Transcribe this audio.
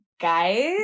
guys